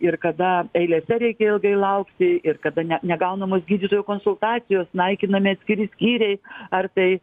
ir kada eilėse reikia ilgai laukti ir kada ne negaunamos gydytojų konsultacijos naikinami atskiri skyriai ar tai